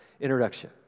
introduction